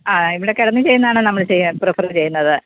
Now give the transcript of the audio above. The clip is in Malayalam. ആ ഇവിടെ കിടന്ന് ചെയ്യുന്നതാണ് നമ്മൾ ചെയ്യാന് പ്രിഫെര് ചെയ്യുന്നത്